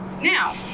Now